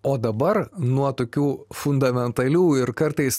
o dabar nuo tokių fundamentalių ir kartais